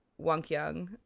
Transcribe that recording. wonkyung